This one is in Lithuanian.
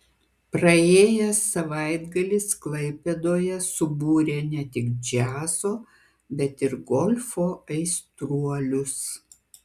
praėjęs savaitgalis klaipėdoje subūrė ne tik džiazo bet ir golfo aistruolius